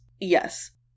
Yes